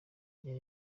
gihe